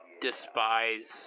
despise